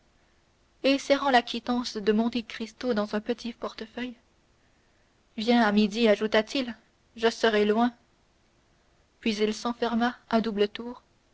et serrant la quittance de monte cristo dans un petit portefeuille viens à midi ajouta-t-il à midi je serai loin puis il s'enferma à double tour